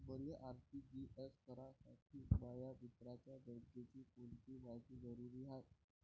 मले आर.टी.जी.एस करासाठी माया मित्राच्या बँकेची कोनची मायती जरुरी हाय?